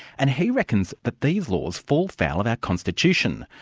and he reckons that these laws fall foul of our constitution,